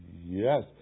Yes